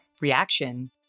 reaction